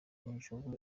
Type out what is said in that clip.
injugu